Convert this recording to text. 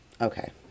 Okay